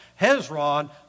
Hezron